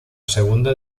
segunda